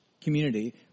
community